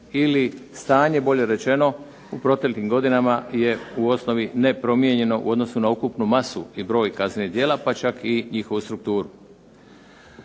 ili stanje bolje rečeno u proteklim godinama je u osnovi nepromijenjeno u odnosu na ukupnu masu i broj kaznenih djela pa čak i njihovu strukturu.